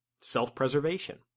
Self-preservation